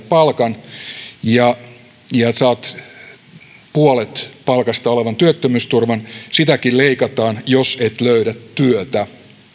palkan ja saat puolet palkasta olevan työttömyysturvan sitäkin leikataan jos et löydä työtä